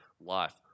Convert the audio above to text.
Life